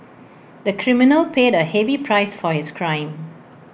the criminal paid A heavy price for his crime